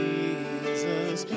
Jesus